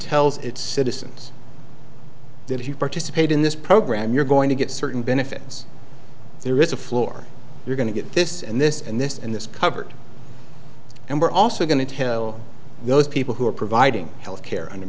tells its citizens that if you participate in this program you're going to get certain benefits there is a floor you're going to get this and this and this and this covered and we're also going to tell those people who are providing health care under